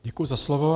Děkuji za slovo.